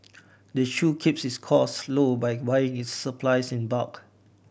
the shop keeps its costs low by buying its supplies in bulk